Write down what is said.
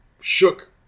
shook